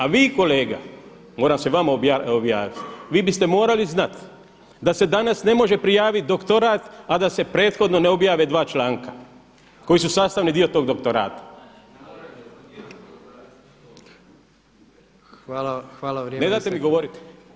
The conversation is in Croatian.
A vi kolega, moram se vama obratiti, vi biste morali znati da se danas ne može prijaviti doktorat a da se prethodno ne objave dva članka koji su sastavni dio tog doktorata. … [[Upadica: Govornik nije uključen, ne čuje se.]] Ne date mi govoriti.